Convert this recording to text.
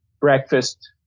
breakfast